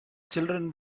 children